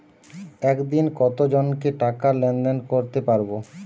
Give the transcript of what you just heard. একদিন কত জনকে টাকা লেনদেন করতে পারবো?